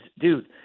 dude